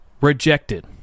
rejected